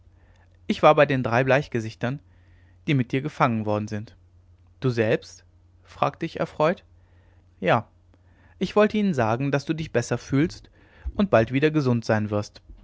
ich war bei den drei bleichgesichtern die mit dir gefangen worden sind du selbst fragte ich erfreut ja ich wollte ihnen sagen daß du dich besser fühlst und bald wieder gesund sein wirst